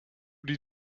die